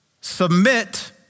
Submit